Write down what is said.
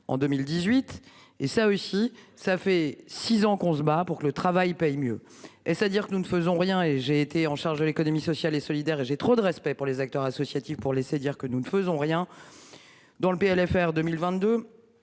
en 2018 et ça aussi ça fait 6 ans qu'on se bat pour que le travail paye mieux. Est-ce à dire que nous ne faisons rien et j'ai été en charge de l'économie sociale et solidaire et j'ai trop de respect pour les acteurs associatifs pour laisser dire que nous ne faisons rien. Dans le PLFR 2022